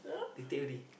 they take already